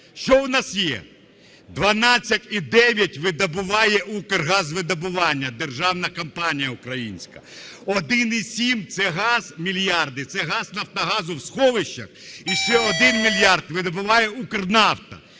Що у нас є? 12,9 видобуває Укргазвидобування, державна компанія українська. 1,7 мільярда – це газ Нафтогазу в сховищах. І ще 1 мільярд видобуває Укрнафта.